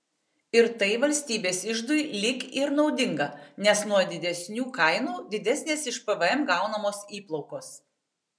ir tai valstybės iždui lyg ir naudinga nes nuo didesnių kainų didesnės iš pvm gaunamos įplaukos